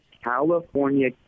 California